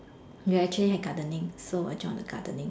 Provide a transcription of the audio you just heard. ya actually like gardening so I joined the gardening